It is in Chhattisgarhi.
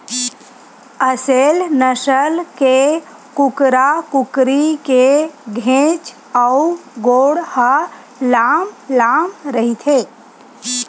असेल नसल के कुकरा कुकरी के घेंच अउ गोड़ ह लांम लांम रहिथे